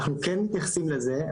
אנחנו כן מתייחסים לזה,